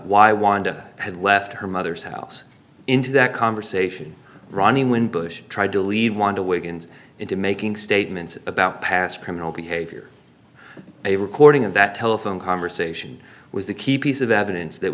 why wanda had left her mother's house into that conversation running when bush tried to leave want to wigan's into making statements about past criminal behavior a recording of that telephone conversation was the key piece of evidence that